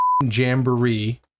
Jamboree